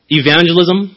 evangelism